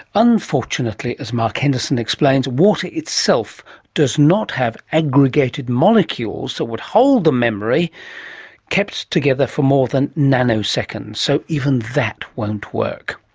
unfortunately, as mark henderson explains, water itself does not have aggregated molecules that would hold the memory kept together for more than nanoseconds, so even that won't work.